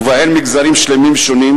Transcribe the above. ובהן מגזרים שלמים שונים,